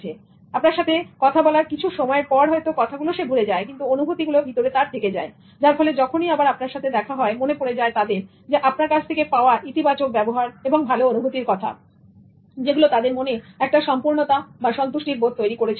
মানুষ আপনার সাথে কথা বলার কিছু সময় পর কথাগুলো হয়তো ভুলে যায় কিন্তু অনুভূতিগুলো ভিতর থেকে যায় যার ফলে যখনই আবার আপনার সাথে তাদের দেখা হয় মনে পড়ে যায় তাদের আপনার কাছ থেকে পাওয়া ইতিবাচক ব্যবহার এবং ভালো অনুভূতির কথা যেগুলো তাদের মনে একটা সম্পূর্ণতা এবং সন্তুষ্টির বোধ তৈরী করেছিল